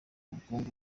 ubukungu